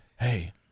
hey